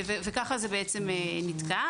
כך זה נתקע.